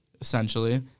Essentially